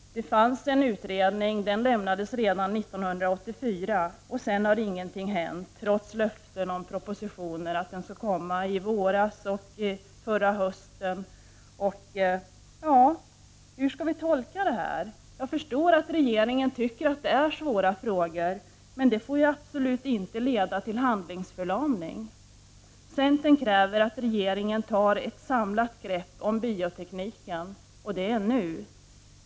Det fanns en utredning, som lämnades redan 1984. Sedan har ingenting hänt, trots löften om en proposition som skulle komma först till förra hösten, sedan till i våras. Hur skall vi tolka det här? Jag kan förstå om regeringen tycker att det här är svåra frågor, men det får absolut inte leda till handlingsförlamning. Centern kräver att regeringen tar ett samlat grepp om biotekniken — och det nu!